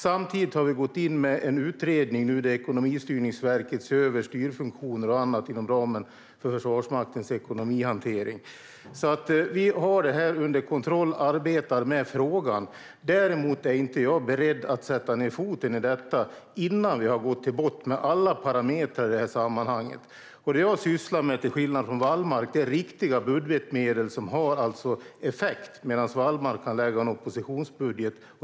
Samtidigt har vi tillsatt en utredning där Ekonomistyrningsverket ser över styrfunktioner och annat inom ramen för Försvarsmaktens ekonomihantering. Vi har detta under kontroll och arbetar med frågan, men jag är inte beredd att sätta ned foten innan vi har gått till botten med alla parametrar. Det jag sysslar med, till skillnad från Wallmark, är riktiga budgetmedel som har effekt, medan Wallmark kan lägga fram en oppositionsbudget.